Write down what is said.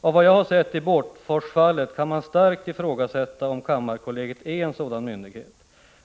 Av vad jag har sett i Båtforsfallet kan man starkt ifrågasätta om kammarkollegiet är en sådan myndighet.